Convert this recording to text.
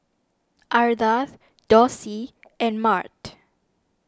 Ardath Dossie and Mart